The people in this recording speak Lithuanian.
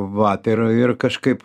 vat ir ir kažkaip